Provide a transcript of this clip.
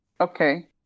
Okay